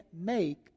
make